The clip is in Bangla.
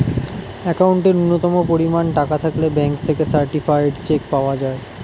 অ্যাকাউন্টে ন্যূনতম পরিমাণ টাকা থাকলে ব্যাঙ্ক থেকে সার্টিফায়েড চেক পাওয়া যায়